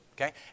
Okay